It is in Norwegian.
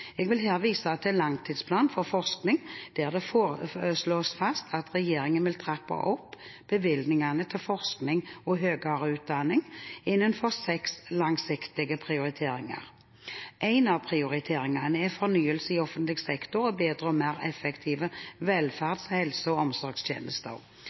Jeg vil her vise til langtidsplanen for forskning, der det slås fast at regjeringen vil trappe opp bevilgningene til forskning og høyere utdanning innenfor seks langsiktige prioriteringer. En av prioriteringene er fornyelse i offentlig sektor og bedre og mer effektive